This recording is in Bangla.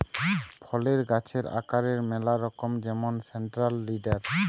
ফলের গাছের আকারের ম্যালা রকম যেমন সেন্ট্রাল লিডার